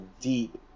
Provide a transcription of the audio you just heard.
deep